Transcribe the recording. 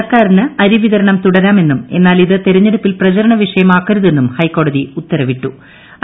സർക്കാരിന് അരിവിതരണം തുടരാമെന്നും എന്നാൽ ഇത് തെരഞ്ഞെടുപ്പിൽ പ്രചരണ വിഷയം ആക്കരുതെന്നും ഹൈക്കോടതി ഉത്തരവിട്ടു്